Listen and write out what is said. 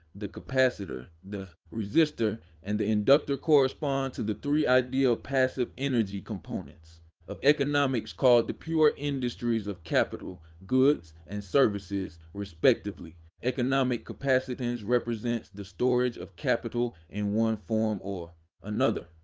the capacitor, the resistor, and the inductor correspond to the three ideal passive energy components of economics called the pure industries of capital, goods, and services, respectively. economic capacitance represents the storage of capital in one form or another.